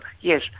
yes